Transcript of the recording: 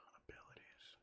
abilities